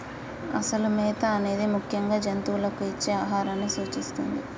అసలు మేత అనేది ముఖ్యంగా జంతువులకు ఇచ్చే ఆహారాన్ని సూచిస్తుంది